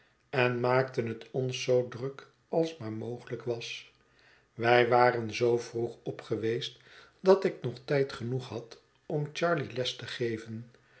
en maakten het ons zoo druk als maar mogelijk was wij waren zoo vroeg op geweest dat ik nog tijd genoeg had om charley les te geven